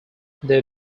they